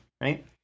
right